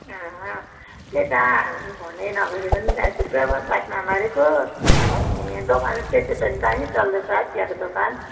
अँ त्यही त हामीले पनि फोनै नगरेको नि त थुप्रै भयो बात नमारेको ए दोकान चाहिँ त्यसो भने दामी चल्दैछ चियाको दोकान